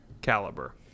caliber